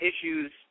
issues